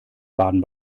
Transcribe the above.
baden